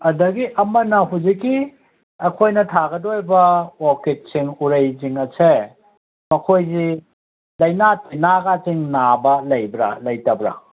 ꯑꯗꯒꯤ ꯑꯃꯅ ꯍꯧꯖꯤꯛꯀꯤ ꯑꯩꯈꯣꯏꯅ ꯊꯥꯒꯗꯧꯔꯤꯕ ꯑꯣꯔꯀꯤꯠꯁꯤꯡ ꯎꯔꯩꯁꯤꯡ ꯑꯁꯦ ꯃꯈꯣꯏꯒꯤ ꯂꯥꯏꯅꯥ ꯇꯤꯟꯅꯁꯤꯡꯒ ꯅꯥꯕ ꯂꯩꯕ꯭ꯔꯥ ꯂꯩꯇꯕ꯭ꯔꯥ